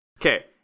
Okay